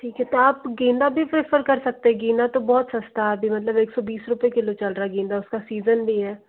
ठीक है तो आप गेंदा भी प्रिफ़र कर सकते हैं गेंदा तो बहुत सस्ता है अभी मतलब एक सौ बीस रुपए किलो चल रहा है गेंदा उसका सीज़न भी है